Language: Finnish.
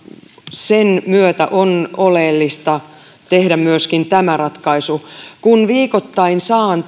sen myötä on oleellista tehdä myöskin tämä ratkaisu kun viikoittain saan